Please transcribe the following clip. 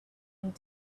and